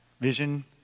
Vision